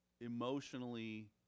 emotionally